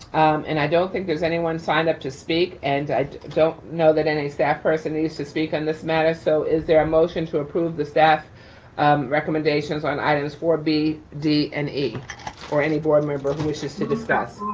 and i don't think there's anyone signed up to speak and i don't know that any staff person needs to speak on this matter. so is there a motion to approve the staff recommendations on items four b, d and e or any board member who wishes to discuss?